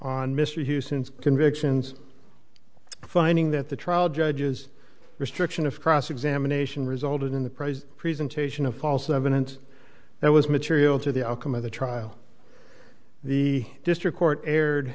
mr houston's convictions finding that the trial judge's restriction of cross examination resulted in the process presentation of false evidence that was material to the outcome of the trial the district court erred